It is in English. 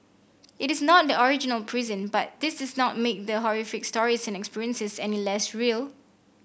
it is not the original prison but this is not make the horrific stories and experiences any less real